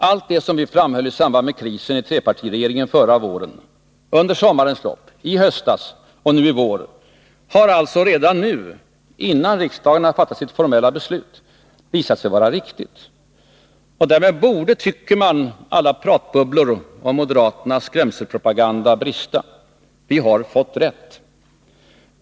Allt det som vi framhöll i samband med krisen i trepartiregeringen förra våren, under sommarens lopp, under hösten och nu i vår, har alltså redan nu, innan riksdagen fattat sitt formella beslut, visat sig vara riktigt. Därmed borde, tycker man, alla pratbubblor om moderaternas skrämselpropaganda brista. Vi har fått rätt.